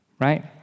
right